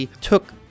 took